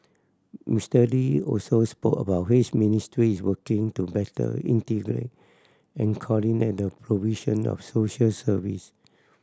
Mister Lee also spoke about how his ministry is working to better integrate and coordinate the provision of social service